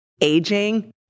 aging